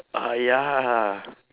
uh ya